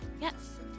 yes